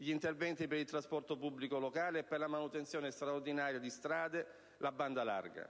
gli interventi per il trasporto pubblico locale e per la manutenzione straordinaria delle strade, la banda larga.